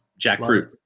jackfruit